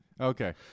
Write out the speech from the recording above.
Okay